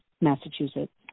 Massachusetts